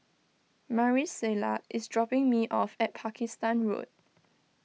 Marisela is dropping me off at Pakistan Road